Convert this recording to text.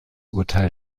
urteil